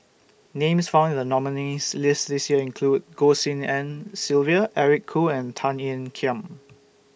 Names found in The nominees' list This Year include Goh Tshin En Sylvia Eric Khoo and Tan Ean Kiam